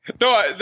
No